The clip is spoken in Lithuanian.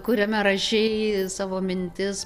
kuriame rašei savo mintis